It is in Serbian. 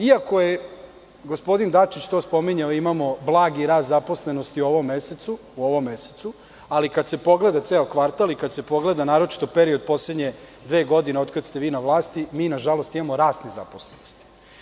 Iako je gospodin Dačić to spominjao, imamo blagi rast zaposlenosti u ovom mesecu, ali kada se pogleda ceo kvartal i kada se pogleda naročito period poslednje dve godine, od kada ste vi na vlasti mi na žalost imamo rast nezaposlenosti.